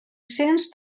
cents